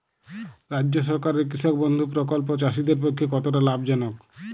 রাজ্য সরকারের কৃষক বন্ধু প্রকল্প চাষীদের পক্ষে কতটা লাভজনক?